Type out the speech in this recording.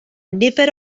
nifer